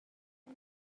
بسه